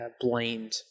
blamed